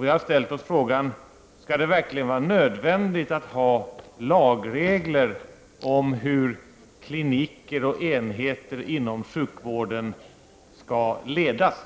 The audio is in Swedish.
Vi har ställt oss frågan: Skall det verkligen vara nödvändigt att ha lagregler om hur kliniker och enheter inom sjukvården skall ledas?